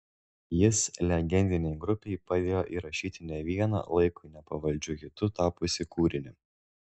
jis legendinei grupei padėjo įrašyti ne vieną laikui nepavaldžiu hitu tapusį kūrinį